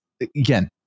again